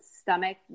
stomach